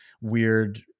weird